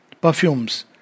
Perfumes